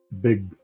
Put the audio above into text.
big